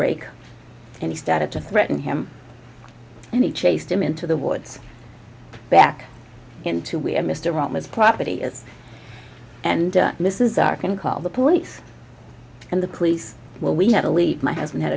rake and he started to threaten him and he chased him into the woods back into where mr on his property is and this is our can call the police and the police well we had to leave my husband had